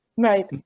Right